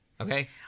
Okay